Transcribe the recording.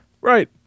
right